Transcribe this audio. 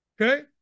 okay